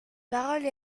parole